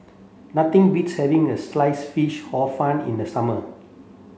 nothing beats having a sliced fish hor fun in the summer